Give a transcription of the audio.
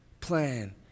plan